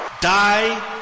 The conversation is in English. die